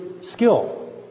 skill